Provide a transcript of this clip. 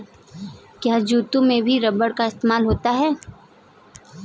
क्या जूतों में भी रबर का इस्तेमाल होता है?